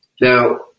now